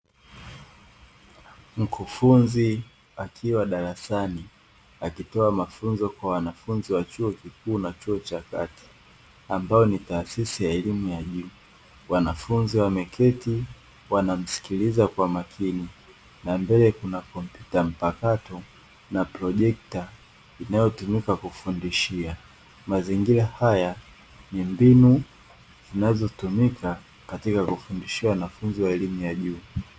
Mkufunzi akiwa darasani akitoa mafunzo kwa wanafunzi wa chuo kikuu na chuo cha kati ambayo ni taasisi ya elimu ya juu wanafunzi wameketi wanamsikiliza kwa makini na mbele kuna komputyuta mpakato na projekita inayotumika kufundishia mazingira haya ni mbinu zinazotumika katika kufundishiwa wanafunzi wa elimu ya juu